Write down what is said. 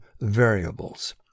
variables